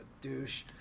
douche